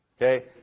Okay